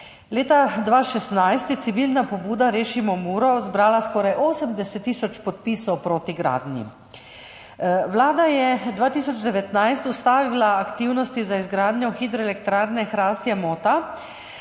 Leta 2016 je civilna pobuda Rešimo Muro zbrala skoraj 80 tisoč podpisov proti gradnji. Vlada je 2019 ustavila aktivnosti za izgradnjo hidroelektrarne Hrastje-Mota,